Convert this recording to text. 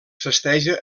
festeja